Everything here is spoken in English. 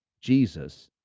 Jesus